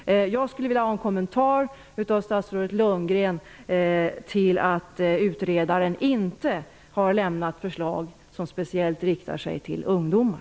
Jag skulle vilja ha en kommentar av statsrådet Lundgren om detta med att utredaren inte har kommit med förslag som speciellt riktar sig till ungdomar.